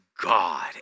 God